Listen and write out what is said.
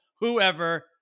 whoever